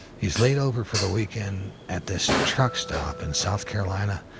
he's laid over for the weekend at this truckstop in south carolina.